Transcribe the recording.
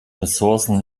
ressourcen